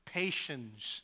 patience